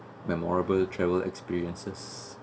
memorable travel experiences